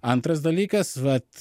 antras dalykas vat